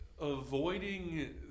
avoiding